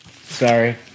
Sorry